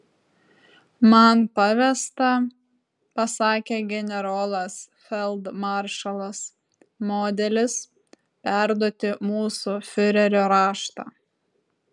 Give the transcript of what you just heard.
man pavesta pasakė generolas feldmaršalas modelis perduoti mūsų fiurerio raštą